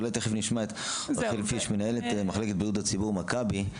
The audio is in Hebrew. נשמע את מנהלת מחלקת הבריאות הכללית במכבי.